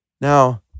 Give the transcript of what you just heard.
Now